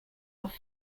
off